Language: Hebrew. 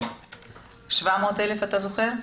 700 אלף אתה זוכר?